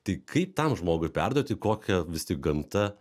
tai kaip tam žmogui perduoti kokią vis tik gamta